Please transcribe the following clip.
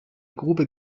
grube